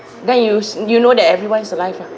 there you s~ you know that everyone is alive lah